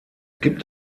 gibt